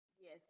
Yes